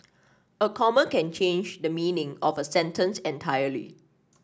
a comma can change the meaning of a sentence entirely